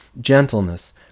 gentleness